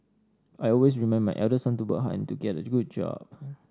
I always remind my elder son to work hard and to get a good job